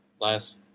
last